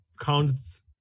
counts